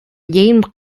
jedem